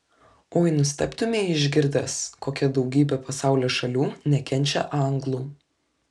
oi nustebtumei išgirdęs kokia daugybė pasaulio šalių nekenčia anglų